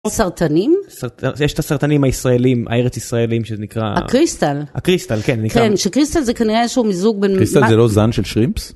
סרטנים יש את הסרטנים הישראלים הארץ ישראלים שזה נקרא קריסטל קריסטל זה כנראה שהוא מזוג בנושא של שרימפס.